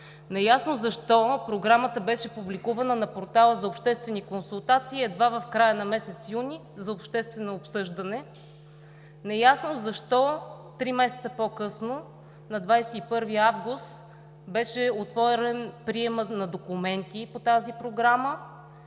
Неясно защо Програмата беше публикувана на портала за обществени консултации едва в края на месец юни за обществено обсъждане, неясно защо три месеца по-късно – на 21 август, беше отворен приемът на документи по тази програма